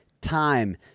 time